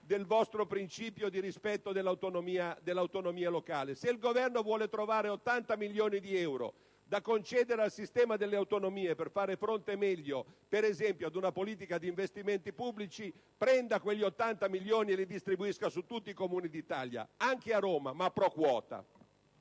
del vostro principio di rispetto dell'autonomia locale! Se il Governo vuole trovare 80 milioni di euro da concedere al sistema delle autonomie per fare fronte meglio, ad esempio, ad una politica di investimenti pubblici prenda quegli 80 milioni e li distribuisca a tutti i Comuni d'Italia, anche a quello di Roma, ma *pro quota*.